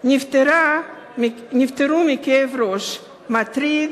נפטרו מכאב ראש מטריד,